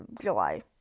July